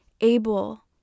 able